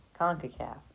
CONCACAF